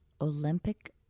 Olympic